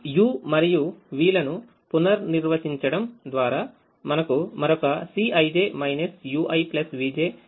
u మరియు v లను పునర్నిర్వచించడం ద్వారా మనము మరొక Cij uivj మాత్రికను సృష్టిస్తున్నాము